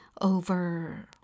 over